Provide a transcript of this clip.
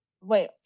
Wait